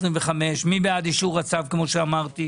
2025. מי בעד אישור הצו כמו שאמרתי?